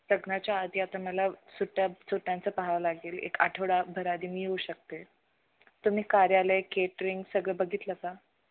लग्नाच्या आधी आता मला सुट्ट्या सुट्यांचं पाहावं लागेल एक आठवडाभर आधी मी येऊ शकते तुम्ही कार्यालय केटरिंग सगळं बघितलं का